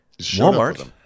Walmart